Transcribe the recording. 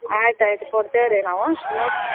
ಆಯ್ತು ಆಯ್ತು ಕೊಡ್ತೇವೆ ರೀ ನಾವು ನೋಡಿ